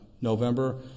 November